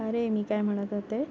अरे मी काय म्हणतात होते